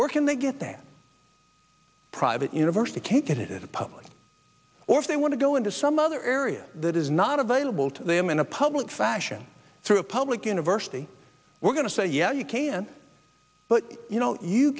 where can they get that private university can't get a public or if they want to go into some other area that is not available to them in a public fashion through a public university we're going to say yeah you can but you